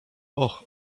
och